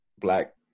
Black